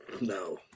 No